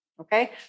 okay